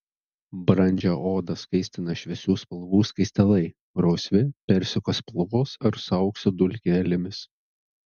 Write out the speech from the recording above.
brandžią odą skaistina šviesių spalvų skaistalai rausvi persiko spalvos ar su aukso dulkelėmis